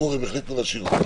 גור, הם החליטו להשאיר אותו.